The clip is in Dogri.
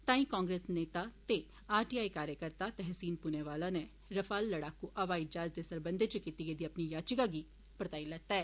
ताईं कांग्रेस नेता ते आर टी आई कार्यकर्ता तैहसीन पुणेवाला नै रफाल लडाकू हवाई जहाजें दे सरबंधै च कीती गेदी अपनी याचिका गी परताई लैता ऐ